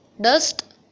dust